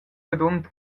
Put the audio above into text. rodund